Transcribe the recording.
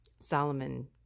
Solomon